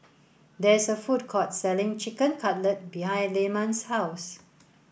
there is a food court selling Chicken Cutlet behind Lyman's house